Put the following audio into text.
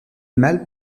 mâles